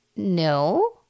no